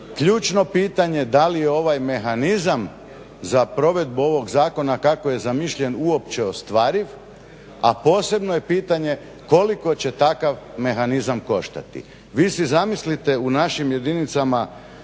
ključno pitanje da li je ovaj mehanizam za provedu ovog zakona kako je zamišljen uopće ostvariv, a posebno je pitanje koliko će takav mehanizam koštati. Vi si zamislite u našim jedinicama